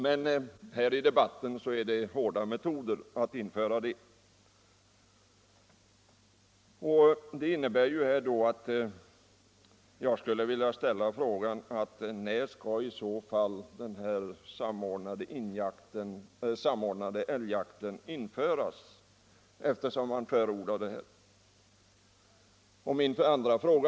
Men här i debatten tar man till litet väl hårda metoder. När skall i så fall denna samordnade älgjakt införas?